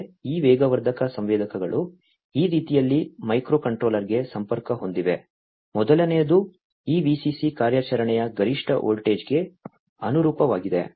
ಈ ವೇಗವರ್ಧಕ ಸಂವೇದಕಗಳು ಈ ರೀತಿಯಲ್ಲಿ ಮೈಕ್ರೊಕಂಟ್ರೋಲರ್ಗೆ ಸಂಪರ್ಕ ಹೊಂದಿವೆ ಮೊದಲನೆಯದು ಈ VCC ಕಾರ್ಯಾಚರಣೆಯ ಗರಿಷ್ಠ ವೋಲ್ಟೇಜ್ಗೆ ಅನುರೂಪವಾಗಿದೆ